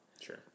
Sure